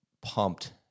pumped